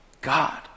God